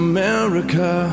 America